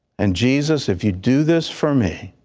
and jesus if you do this for me.